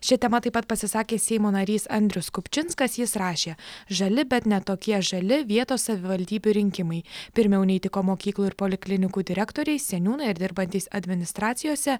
šia tema taip pat pasisakė seimo narys andrius kupčinskas jis rašė žali bet ne tokie žali vietos savivaldybių rinkimai pirmiau neįtiko mokyklų ir poliklinikų direktoriai seniūnai ar dirbantys administracijose